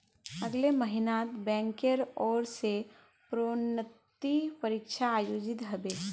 अगले महिनात बैंकेर ओर स प्रोन्नति परीक्षा आयोजित ह बे